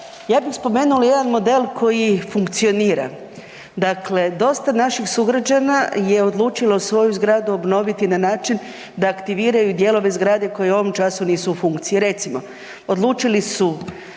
Ja bi spomenula jedan model koji funkcionira, dakle dosta naših sugrađana je odlučilo svoju zgradu obnoviti na način da aktiviraju dijelove zgrade koje u ovom času nisu u funkciji.